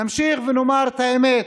נמשיך ונאמר את האמת,